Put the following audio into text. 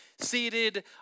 seated